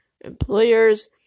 employers